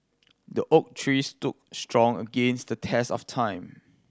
the oak tree stood strong against the test of time